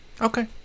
Okay